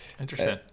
Interesting